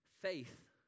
faith